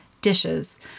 dishes